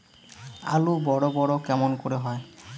আলু বড় বড় কেমন করে হয়?